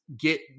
get